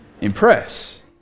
impress